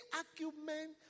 argument